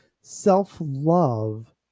Self-love